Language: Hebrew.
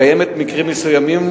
קיימים מקרים מסוימים,